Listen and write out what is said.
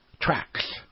tracks